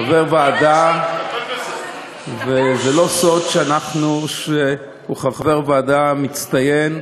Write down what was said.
חבר ועדה, וזה לא סוד שהוא חבר ועדה מצטיין,